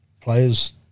players